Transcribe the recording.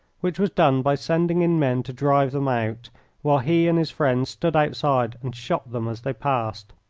which was done by sending in men to drive them out while he and his friends stood outside and shot them as they passed.